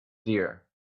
deer